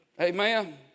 Amen